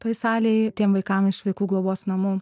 toj salėj tiem vaikam iš vaikų globos namų